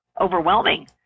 overwhelming